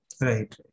Right